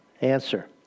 Answer